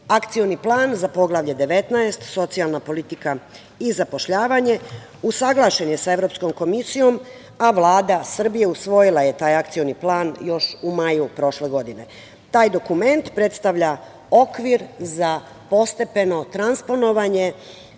Akcioni plan za Poglavlje 19 – socijalna politika i zapošljavanje usaglašen je sa Evropskom komisijom, a Vlada Srbije je usvojila taj akcioni plan još u maju prošle godine. Taj dokument predstavlja okvir za postepeno transponovanje